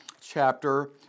chapter